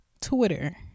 Twitter